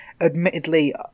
admittedly